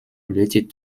related